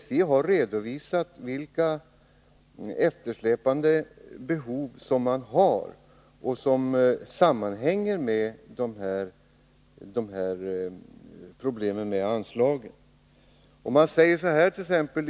SJ har redovisat vilka eftersläpande behov man har, och dessa sammanhänger med problemen när det gäller anslagen.